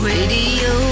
Radio